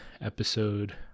episode